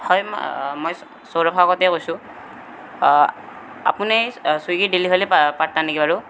হয় মই সৌৰভ কাকতীয়ে কৈছোঁ আপুনি ছুইগি ডেলিভাৰী পাৰ্টনাৰ নেকি বাৰু